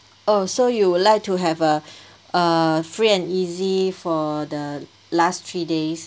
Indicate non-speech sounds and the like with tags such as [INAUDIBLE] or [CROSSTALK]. oh so you'll like to have a [BREATH] uh free and easy for the last three days